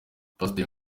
pasiteri